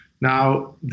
Now